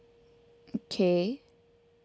K